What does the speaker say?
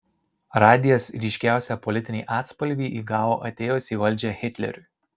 radijas ryškiausią politinį atspalvį įgavo atėjus į valdžią hitleriui